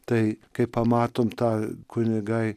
tai kai pamatome tą kunigai